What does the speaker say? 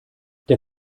der